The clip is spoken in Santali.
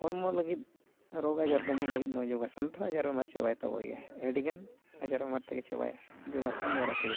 ᱦᱚᱲᱢᱚ ᱞᱟᱹᱜᱤᱫ ᱨᱳᱜᱽ ᱟᱡᱟᱨ ᱫᱚᱢᱚᱱ ᱞᱟᱹᱜᱤᱫ ᱡᱳᱜᱟᱥᱚᱱ ᱛᱮ ᱦᱚᱸ ᱟᱡᱟᱨ ᱵᱤᱢᱟᱨ ᱪᱟᱵᱟᱭ ᱛᱟᱵᱚᱱ ᱜᱮᱭᱟ ᱟᱹᱰᱤ ᱜᱟᱱ ᱟᱡᱟᱨ ᱵᱤᱢᱟᱨ ᱛᱮᱜᱮ ᱪᱟᱵᱟᱭᱟ ᱡᱳᱜᱟᱥᱚᱱ ᱵᱟᱨᱮ ᱛᱮᱜᱮ